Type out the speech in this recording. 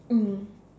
mm